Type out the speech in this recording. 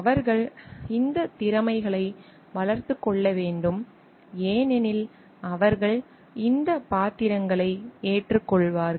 அவர்கள் இந்த திறமைகளை வளர்த்துக் கொள்ள வேண்டும் ஏனெனில் அவர்கள் இந்த பாத்திரங்களை ஏற்றுக்கொள்வார்கள்